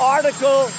Article